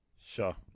Sure